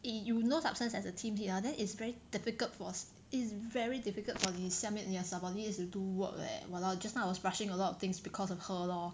eh you no substance as a team lead ah then it's very difficult for is very difficult for the 下面你的 subordinates to do work leh !walao! just now I was rushing a lot of things because of her lor